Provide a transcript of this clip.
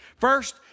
First